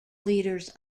leaders